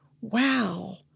wow